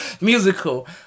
Musical